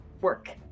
work